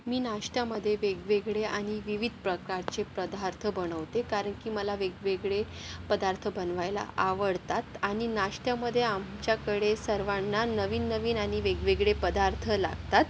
मी नाश्त्यामध्ये वेगवेगळे आणि विविध प्रकारचे पदार्थ बनवते कारण की मला वेगवेगळे पदार्थ बनवायला आवडतात आणि नाश्त्यामध्ये आमच्याकडे सर्वांना नवीन नवीन आणि वेगवेगळे पदार्थ लागतात